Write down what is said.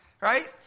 right